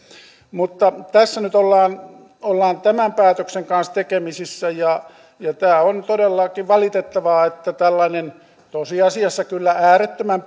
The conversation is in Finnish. mutta tässä nyt ollaan ollaan tämän päätöksen kanssa tekemisissä ja tämä on todellakin valitettavaa että tällainen tosiasiassa kyllä äärettömän